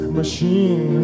machine